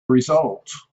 results